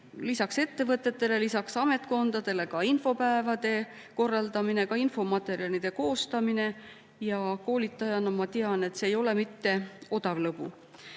lisaks ettevõtetele, lisaks ametkondadele infopäevade korraldamine ja infomaterjalide koostamine. Ja koolitajana ma tean, et see ei ole mitte odav lõbu.